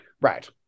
Right